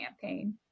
campaign